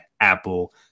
Apple